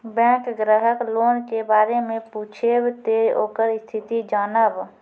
Bank ग्राहक loan के बारे मैं पुछेब ते ओकर स्थिति जॉनब?